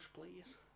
please